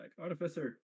Artificer